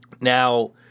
Now